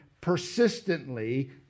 persistently